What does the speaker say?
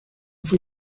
fue